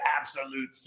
absolute